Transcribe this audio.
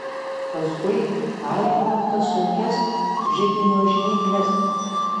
paskui paėmiau tas sunkias židinio žnyples